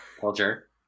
culture